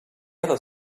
other